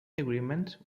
agreement